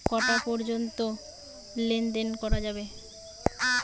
কটা পর্যন্ত লেন দেন করা যাবে?